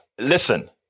Listen